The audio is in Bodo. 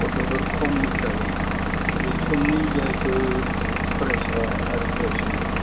गथ'फोर खम हिसाबै बै समनि जायफोर फरायसा आरो फरायसुलि